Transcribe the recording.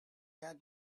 had